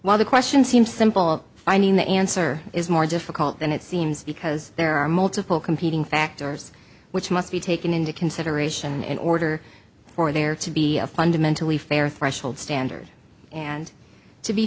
while the question seems simple finding the answer is more difficult than it seems because there are multiple competing factors which must be taken into consideration in order for there to be a fundamentally fair threshold standard and to be